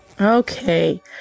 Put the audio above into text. Okay